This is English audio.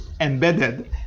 embedded